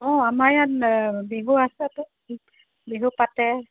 অঁ আমাৰ ইয়াত বিহু আছেতো বিহু পাতে